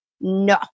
No